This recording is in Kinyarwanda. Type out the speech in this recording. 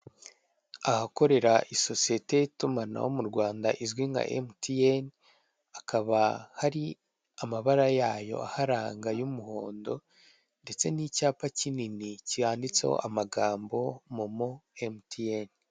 Ahakorera isosiyete y'itumanaho mu Rwanda izwi nka MTN, hakaba hari amabara yayo aharanga y'umuhondo ndetse n'icyapa kinini cyanditseho amagambo momo MTN.